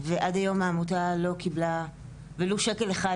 עד היום העמותה לא קיבלה ולו שקל אחד